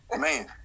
Man